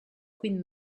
queen